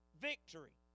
victory